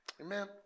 Amen